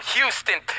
Houston